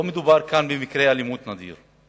לא מדובר כאן במקרה אלימות נדיר,